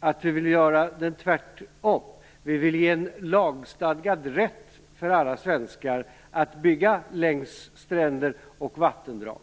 att det blir tvärtom: Vi vill ge en lagstadgad rätt för alla svenskar att bygga längs stränder och vattendrag.